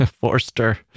Forster